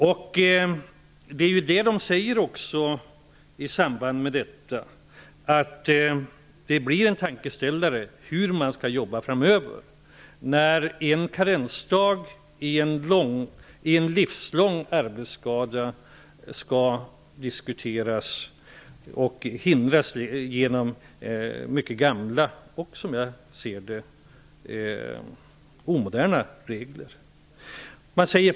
I det här sammanhanget sägs att det blir en tankeställare hur man skall jobba framöver. En karensdag och en livslång arbetsskada skall diskuteras. Här finns oerhört gamla och omoderna regler som hindrar.